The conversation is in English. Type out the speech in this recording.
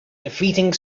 defeating